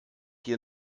hier